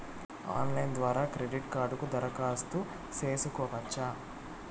Online ద్వారా credit కార్డుకు దరఖాస్తు సేసుకోవచ్చా?